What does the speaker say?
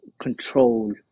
control